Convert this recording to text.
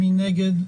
מי נגד?